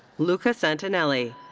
luca santinelli.